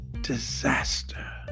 disaster